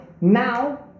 now